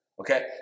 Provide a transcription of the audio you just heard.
okay